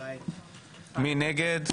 מי נגד?